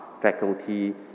faculty